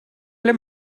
ble